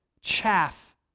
chaff